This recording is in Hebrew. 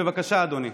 בבקשה, אדוני.